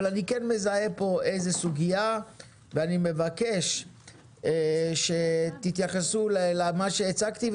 אני כן מזהה כאן איזו סוגיה ואני מבקש שתתייחסו למה שהצגתי,